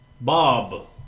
Bob